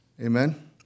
amen